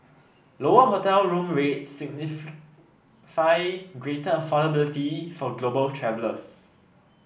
lower hotel room rates signify greater affordability for global travellers